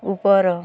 ଉପର